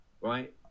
right